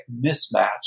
mismatch